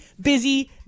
busy